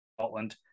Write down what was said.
Scotland